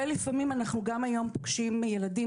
ולפעמים אנחנו גם היום פוגשים ילדים